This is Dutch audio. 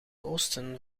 oosten